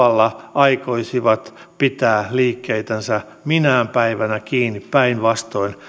aikoisivat pitää liikkeitänsä minään päivänä kiinni päinvastoin